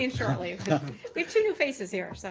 in shortly. we have two new faces here, so